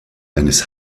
eines